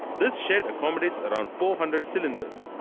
this shed accommodates around four hundred cylinders.